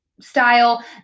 style